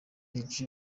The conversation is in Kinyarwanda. paji